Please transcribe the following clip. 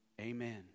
amen